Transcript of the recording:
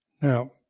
Now